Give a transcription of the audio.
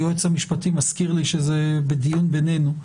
היועץ המשפטי מזכיר לי שזה בדיון בינינו.